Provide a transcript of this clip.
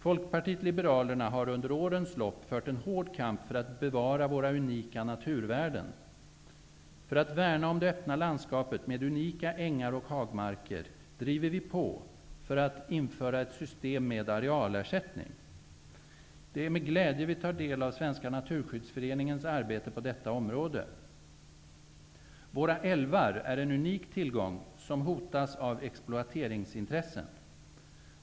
Folkpartiet liberalerna har under årens lopp fört en hård kamp för att bevara våra unika naturvärden. För att värna om det öppna landskapet med unika ängar och hagmarker driver vi på för att införa ett system med arealersättning. Det är med glädje vi tar del av Svenska naturskyddsföreningens arbete på detta område. Våra älvar är en unik tillgång som hotas av exploateringsintressen.